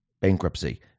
bankruptcy